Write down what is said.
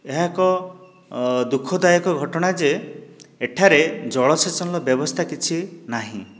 ଏହା ଏକ ଦୁଃଖଦାୟକ ଘଟଣା ଯେ ଏଠାରେ ଜଳସେଚନର ବ୍ୟବସ୍ଥା କିଛି ନାହିଁ